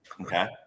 okay